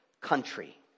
country